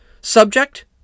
subject